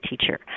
teacher